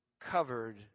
covered